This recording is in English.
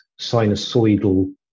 sinusoidal